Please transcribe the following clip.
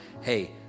hey